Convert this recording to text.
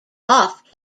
off